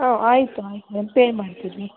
ಹ್ಞೂ ಆಯಿತು ಆಯ್ತು ಮ್ಯಾಮ್ ಪೇ ಮಾಡ್ತಿನಿ